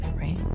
right